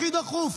הכי דחוף,